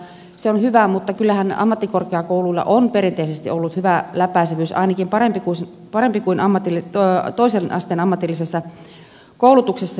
se on hyvä mutta kyllähän ammattikorkeakouluilla on perinteisesti ollut hyvä läpäisevyys ainakin parempi kuin toisen asteen ammatillisessa koulutuksessa